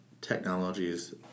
technologies